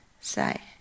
say